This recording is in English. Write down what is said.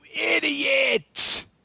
idiot